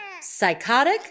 Psychotic